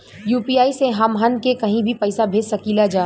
UPI से हमहन के कहीं भी पैसा भेज सकीला जा?